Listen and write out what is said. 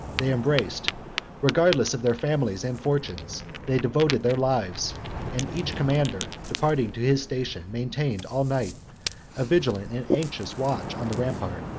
they embraced regardless of their families and fortunes, they devoted their lives and each commander, departing to his station, maintained all night a vigilant and anxious watch on the rampart.